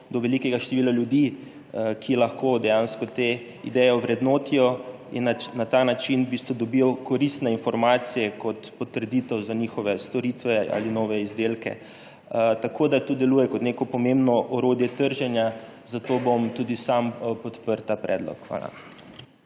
do velikega števila ljudi, ki lahko dejansko te ideje ovrednotijo in na ta način dobijo koristne informacije kot potrditev za njihove storitve ali nove izdelke. To deluje kot neko pomembno orodje trženja. Zato bom tudi sam podprl ta predlog. Hvala.